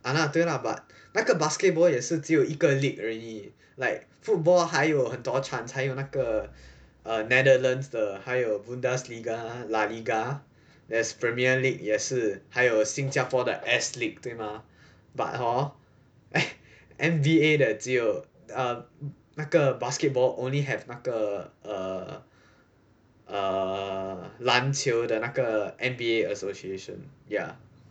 !hanna! 对 lah but 那个 basketball 也是只有一个 league 而已 like football 还有很多 chance 还有那个 netherlands 的那个 Bundesliga LaLiga there's Premier League 也是还有新加坡的 S League 对吗 but hor N_B_A 的就 um 那个 basketball only have 那个 err 篮球的那个 N_B_A association ya